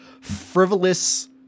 frivolous